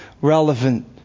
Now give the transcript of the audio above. relevant